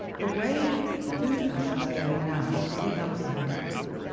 the way food fashions are going now really helps the home cook.